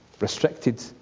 Restricted